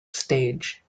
stage